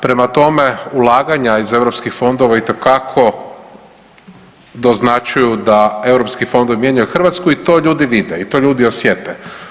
Prema tome, ulaganja iz europskih fondova itekako doznačuju da europski fondovi mijenjaju Hrvatsku i to ljudi vide i to ljudi osjete.